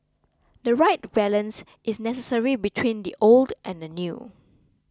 the right balance is necessary between the old and the new